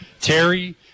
Terry